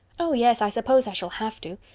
oh, yes, i suppose i shall have to,